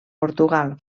portugal